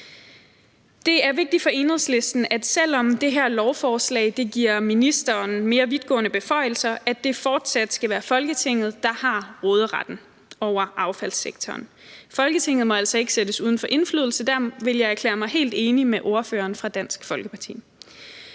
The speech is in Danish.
Det er vigtigt for Enhedslisten, at det, selv om det her lovforslag giver ministeren mere vidtgående beføjelser, fortsat skal være Folketinget, der har råderetten over affaldssektoren. Folketinget må altså ikke sættes uden for indflydelse – der vil jeg erklære mig helt enig med ordføreren fra Dansk Folkeparti.